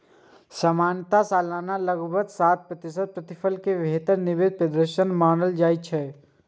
सामान्यतः सालाना लगभग सात प्रतिशत प्रतिफल कें बेहतर निवेश प्रदर्शन मानल जाइ छै